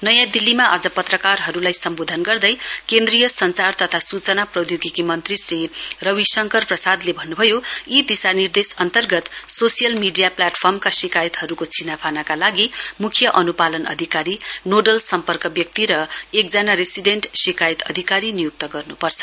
नयाँ दिल्लीमा आज पत्रकारहरुलाई सम्वोधन गर्दै सञ्चार तथा सूचना प्रौधोगिकी मन्त्री श्री रविशङ्कर प्रसादले भन्नुभयो यी दिशानिर्देश अन्तर्गत सोशल मीडिया प्लेटफर्मका शिकायतहरुको छिनाफानाका लागि मुख्य अनुपालन अधिकारी नोडल सम्पर्क व्यक्ति र एकजना रेसिडेन्ट शिकायत अधिकारी नियुक्त गर्नुपर्छ